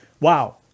wow